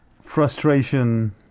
Frustration